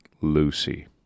lucy